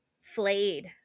flayed